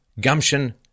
gumption